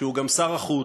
שהוא גם שר החוץ,